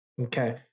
Okay